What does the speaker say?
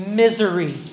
misery